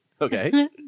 Okay